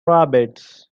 rabbits